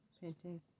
painting